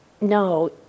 no